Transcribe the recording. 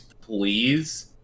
please